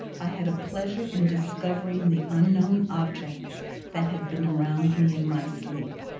i had a pleasure in discovering the unknown objects that had been around me in my sleep.